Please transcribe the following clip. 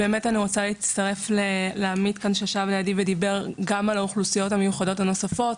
אני רוצה להצטרף לעמית שדיבר כאן גם על האוכלוסיות המיוחדות הנוספות,